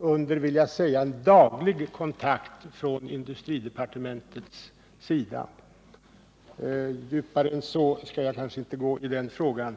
under, vill jag säga, daglig kontakt från industridepartementets sida. Djupare än så skall jag kanske inte gå i den frågan.